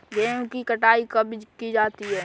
गेहूँ की कटाई कब की जाती है?